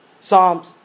Psalms